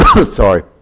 Sorry